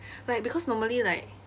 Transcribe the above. like because normally like